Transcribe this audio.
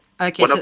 Okay